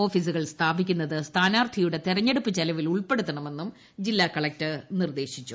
ഓഫീസുകൾ സ്ഥാപിക്കുന്നത് സ്ഥാനാർഥിയുടെ തെരഞ്ഞെടുപ്പ് ചെലവിൽ ഉൾപ്പെടുത്തണമെന്നും ജില്ലാ കലക്ടർ നിർദ്ദേശിച്ചു